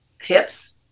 hips